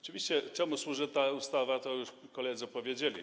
Czemu służy ta ustawa, to już koledzy powiedzieli.